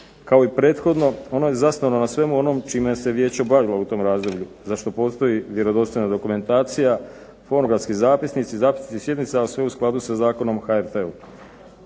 Kao i prethodno ono je zasnovano na svemu onom čime se vijeće bavilo u tom razdoblju, za što postoji vjerodostojna dokumentacija, fonogramski zapisnici, zapisnici sjednica, a sve u skladu sa Zakonom o